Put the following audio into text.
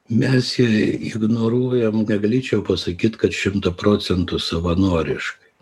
mes ją ignoruojam negalėčiau pasakyt kad šimtu procentų savanoriškai